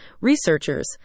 researchers